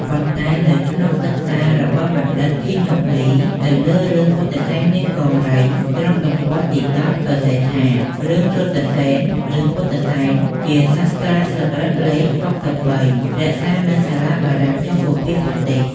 ប៉ុន្តែនៅក្នុងសិក្សារបស់បណ្ឌិតឃីង ហុកឌីទៅលើរឿងពុទ្ធិសែននាងកង្រីត្រង់ទំព័រទី១០ សរសេរថា រឿងរថសេន ឬពុទ្ធសែន ជាសាស្ត្រាស្លឹករឹតលេខ ៦៣ រក្សានៅសាលាបារាំងចុងបូព៌ាប្រទេស។